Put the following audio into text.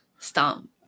stomp